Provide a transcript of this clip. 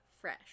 fresh